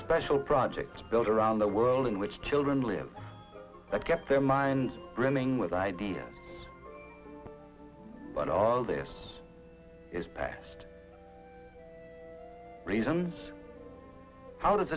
special projects built around the world in which children live but kept their minds brimming with ideas but all this is past reasons how does